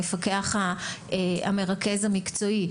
המפקח המרכז המקצועי.